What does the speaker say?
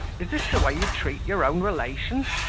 is this the way you treat your own relations,